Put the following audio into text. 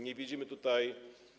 Nie widzimy tutaj.